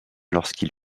lorsqu’il